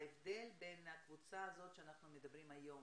ההבדל בין הקבוצה הזו שאנחנו מדברים עליה היום